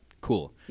cool